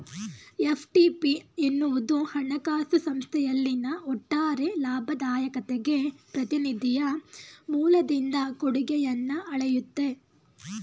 FTP ಎನ್ನುವುದು ಹಣಕಾಸು ಸಂಸ್ಥೆಯಲ್ಲಿನ ಒಟ್ಟಾರೆ ಲಾಭದಾಯಕತೆಗೆ ಪ್ರತಿನಿಧಿಯ ಮೂಲದಿಂದ ಕೊಡುಗೆಯನ್ನ ಅಳೆಯುತ್ತೆ